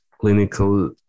clinical